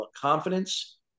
confidence